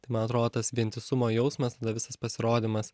tai man atrodo tas vientisumo jausmas tada visas pasirodymas